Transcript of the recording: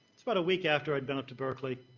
it's about a week after i gone up to berkeley.